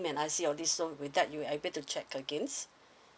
and I_C all these so with that you're able to check against